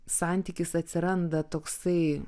santykis atsiranda toksai